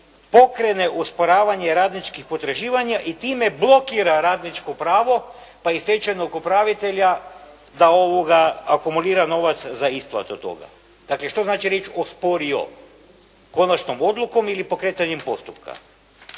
pokrene osporavanje radničkih potraživanja i time blokira radničko pravo, pa i stečajnog upravitelja da akumulira novac za isplatu toga. Dakle, što znači riječ osporio? Konačnom odlukom ili pokretanjem postupka.